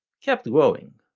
kept growing.